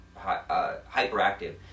hyperactive